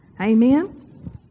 Amen